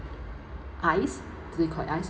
ice do we call it ice